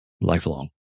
lifelong